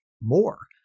more